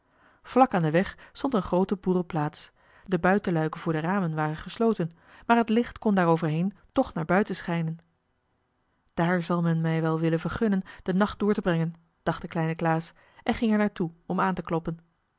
aan den weg stond een groote boerenplaats de buitenluiken voor de ramen waren gesloten maar het licht kon daaroverheen toch naar buiten schijnen daar zal men mij wel willen vergunnen den nacht door te brengen dacht de kleine klaas en ging er naar toe om aan te kloppen